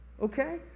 okay